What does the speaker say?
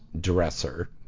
dresser